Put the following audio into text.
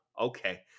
Okay